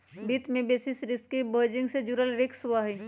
वित्त में basis risk hedging से जुड़ल रिस्क हहई